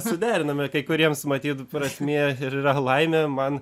suderiname kai kuriems matyt prasmė ir yra laimė man